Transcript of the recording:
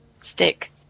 stick